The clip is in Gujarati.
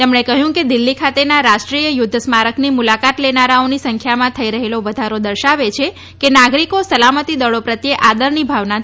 તેમણે કહ્યું કે દિલ્હી ખાતેના રાષ્ટ્રીય યુદ્ધ સ્મારકની મુલાકાત લેનારાઓની સંખ્યામાં થઈ રહેલો વધારો દર્શાવે છે કે નાગરિકો સલામતી દળો પ્રત્યે આદરની ભાવના ધરાવે છે